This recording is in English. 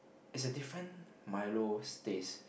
it's a different Milo's taste